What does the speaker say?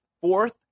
fourth